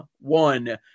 one